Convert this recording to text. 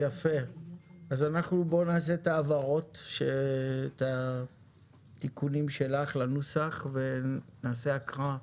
בואו נשמע על התיקונים לנוסח ונעשה הקראה.